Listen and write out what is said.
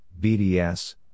BDS